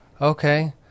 Okay